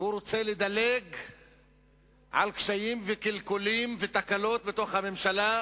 והוא רוצה לדלג על קשיים, קלקולים ותקלות בממשלה,